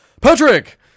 Patrick